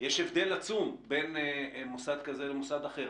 יש הבדל עצום בין מוסד כזה למוסד אחר.